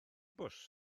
bws